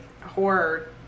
horror